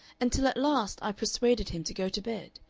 until at last i persuaded him to go to bed.